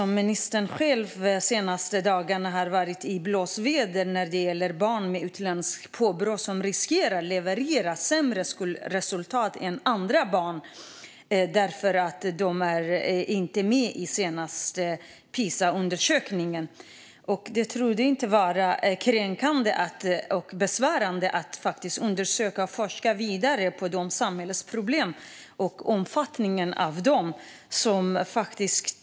Ministern själv har de senaste dagarna varit i blåsväder när det gäller barn med utländskt påbrå som riskerar att leverera sämre skolresultat än andra barn. De är inte med i senaste Pisaundersökningen. Det är besvärande att man inte forskar vidare om omfattningen av de samhällsproblemen.